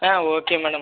ah okay madam